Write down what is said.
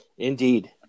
Indeed